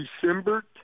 December